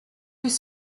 rues